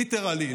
ליטרלי,